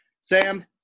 Sam